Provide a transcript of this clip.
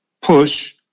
push